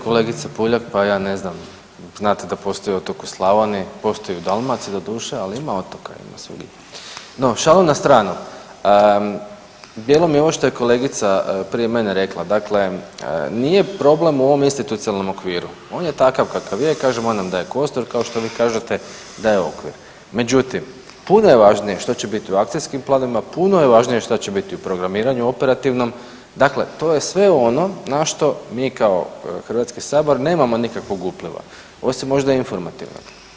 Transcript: Kolegice Puljak, pa ja ne znam, znate da postoji otok u Slavoniji, postoji u Dalmaciji doduše, ali ima otoka … No šalu na stranu, djelom i ovo što je kolegica prije mene rekla, dakle nije problem u ovom institucionalnom okviru, on je takav kakav je, kažem, on nam daje kostur kao što vi kažete, daje okvir, međutim puno je važnije što će biti u akcijskim planovima, puno je važnije što će biti u programiranju operativnom, dakle to je sve ono na što mi kao Hrvatski sabor nemamo nikakvog upliva osim možda informativnog.